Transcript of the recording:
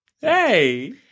Hey